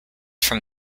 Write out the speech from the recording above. from